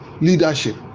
leadership